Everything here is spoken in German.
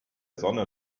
sonne